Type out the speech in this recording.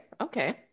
okay